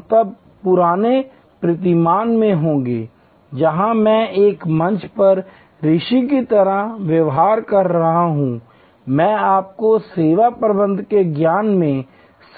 हम तब पुराने प्रतिमान में होंगे जहां मैं एक मंच पर ऋषि की तरह व्यवहार कर रहा हूं मैं आपको सेवा प्रबंधन के ज्ञान में